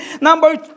Number